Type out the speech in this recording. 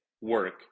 work